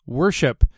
worship